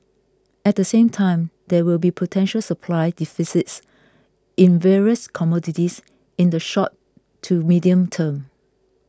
at the same time there will be potential supply deficits in various commodities in the short to medium term